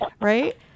Right